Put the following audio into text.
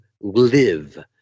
live